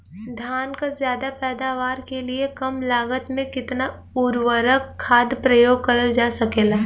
धान क ज्यादा पैदावार के लिए कम लागत में कितना उर्वरक खाद प्रयोग करल जा सकेला?